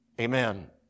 Amen